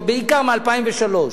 בעיקר מ-2003,